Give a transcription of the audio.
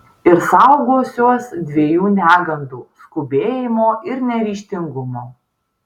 ir saugosiuos dviejų negandų skubėjimo ir neryžtingumo